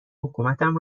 حکومتم